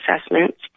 assessments